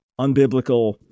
unbiblical